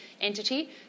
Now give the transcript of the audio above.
entity